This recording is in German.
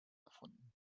erfunden